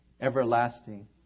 everlasting